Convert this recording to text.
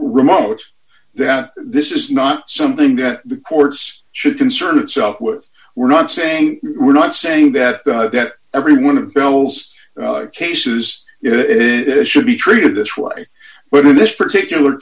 remote that this is not something that the courts should concern itself with we're not saying we're not saying that every one of bell's cases it should be treated this way but in this particular